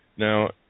Now